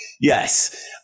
Yes